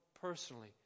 personally